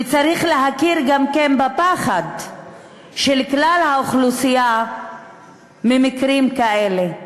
וצריך להכיר גם בפחד של כלל האוכלוסייה ממקרים כאלה,